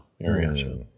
area